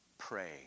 pray